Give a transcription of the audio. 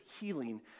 healing